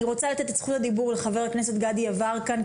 אני רוצה לתת את זכות הדיבור לחבר הכנסת גדי יברקן,